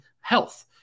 health